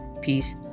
peace